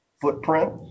footprint